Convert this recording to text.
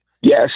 Yes